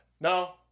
no